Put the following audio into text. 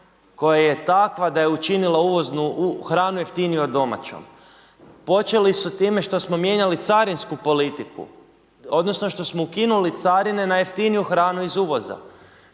koja je takva da je učinila hranu jeftinijom od domaćom. Počeli su time da smo mijenjali carinsku politiku, onda, što smo ukinuli carine na jeftiniju hranu iz uvoza.